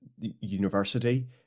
university